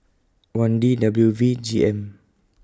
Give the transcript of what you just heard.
one D W V G M